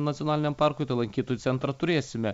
nacionaliniam parkui tą lankytojų centrą turėsime